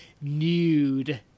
nude